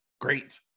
great